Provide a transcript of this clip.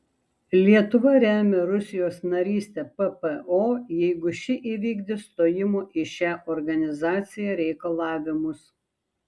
lietuva remia rusijos narystę ppo jeigu ši įvykdys stojimo į šią organizaciją reikalavimus